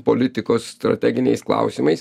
politikos strateginiais klausimais